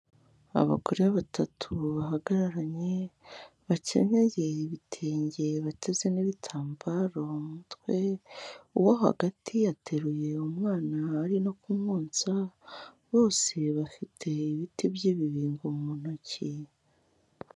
Abagore batatu bahagararanye, bakenyeye ibitenge bateze n'ibitambaro mu mutwe, uwo hagati yateruye umwana ari no kumwonsa, bose bafite ibiti by'ibibingo mu ntoki.